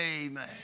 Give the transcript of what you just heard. Amen